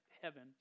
heaven